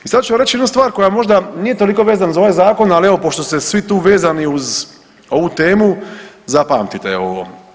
I sad ću vam reći jednu stvar koja možda nije toliko vezana za ovaj zakon, ali evo pošto ste svi tu vezani uz ovu temu zapamtite evo ovo.